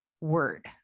word